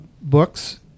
books